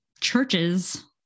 churches